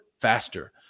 faster